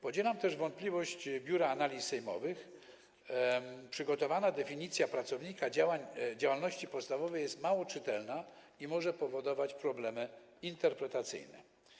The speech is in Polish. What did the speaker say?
Podzielam też wątpliwość Biura Analiz Sejmowych - przygotowana definicja pracownika działalności podstawowej jest mało czytelna i może powodować problemy interpretacyjne.